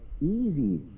easy